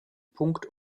punkt